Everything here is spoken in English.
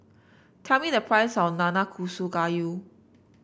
tell me the price of Nanakusa Gayu